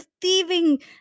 thieving